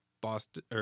Boston –